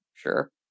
sure